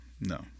No